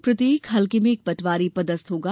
और प्रत्येक हल्के में एक पटवारी पदस्थ होगा